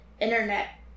internet